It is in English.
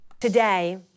Today